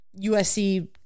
USC